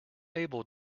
able